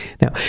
Now